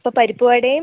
അപ്പം പരിപ്പ് വടയും